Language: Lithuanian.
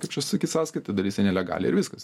kaip čia sakyt sąskaitą dalis ir nelegalią ir viskas